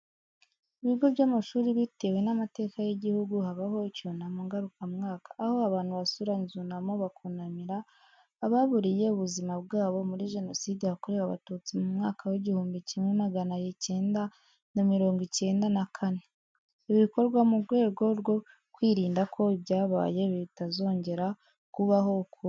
Ibigo by'amashuri bitewe n'amateka y'igihugu habaho icyunamo ngarukamwaka aho abantu basura inzunamo bakunamira ababuriye ubuzima bwabo muri jenoside yakorewe abatutsi mu mwaka w'igihumbi magana icyenda na mirongo cyenda na kane. Ibi bikorwa mu rwego rwo kwirinda ko ibyabaye bitazongera kubaho ukundi.